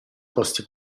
costi